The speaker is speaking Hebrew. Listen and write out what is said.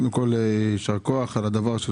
יישר כוח על כך.